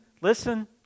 listen